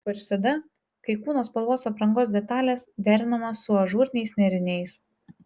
ypač tada kai kūno spalvos aprangos detalės derinamos su ažūriniais nėriniais